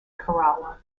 kerala